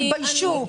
תתביישו.